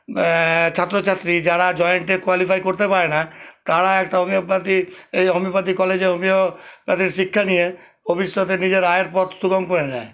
ছাত্রছাত্রী যারা জয়েন্টে কোয়ালিফাই করতে পারে না তারা একটা হোমিওপ্যাথি এই হোমিওপ্যাথি কলেজে হোমিও তাদের শিক্ষা নিয়ে ভবিষ্যতে নিজের আয়ের পথ সুগম করে নেয়